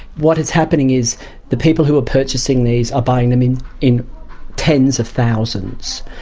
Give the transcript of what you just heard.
what is happening is the people who are purchasing these are buying them in in tens of thousands.